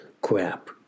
crap